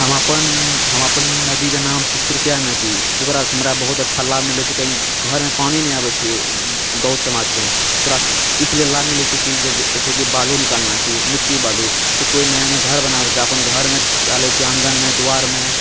हम अपन हम अपन नदीके नाम छै सुरुकिया नदी ओकरासँ हमरा बहुत अच्छा लाभ मिलैत छै कही घरमे पानी नहि आबैत छै गाँव समाजमे ओकरासँ ईसलिए लाभ मिलैत छै कि जैसेकि बालू निकालना छै मिट्टी बालू से कोइ नया नया घर बनाबै छै तऽ अपन घरमे टहलै छै आँङ्गनमे दुआरमे